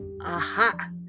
Aha